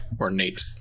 ornate